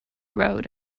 road